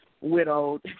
widowed